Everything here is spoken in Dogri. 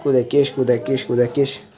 कुदै किश कुदै किश कुदै किश